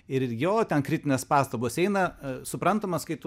ir jo ten kritinės pastabos eina suprantamas kai tu